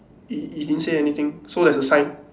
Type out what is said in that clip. it didn't say anything so there's a sign